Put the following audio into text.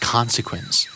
Consequence